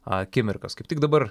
akimirkas kaip tik dabar